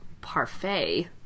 Parfait